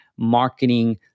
marketing